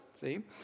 See